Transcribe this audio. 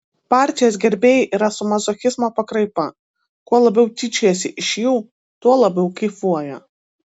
partijos gerbėjai yra su mazochizmo pakraipa kuo labiau tyčiojasi iš jų tuo labiau kaifuoja